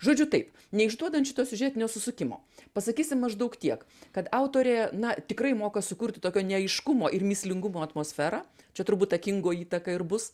žodžiu taip neišduodant šito siužetinio susukimo pasakysim maždaug tiek kad autorė na tikrai moka sukurti tokio neaiškumo ir mįslingumo atmosferą čia turbūt ta kingo įtaka ir bus